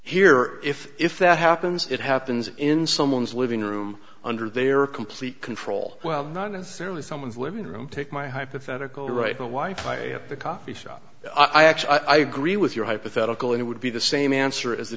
here if if that happens it happens in someone's living room under their complete control well not necessarily someone's living room take my hypothetical right now wife by the coffee shop i actually i agree with your hypothetical and it would be the same answer as